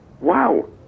wow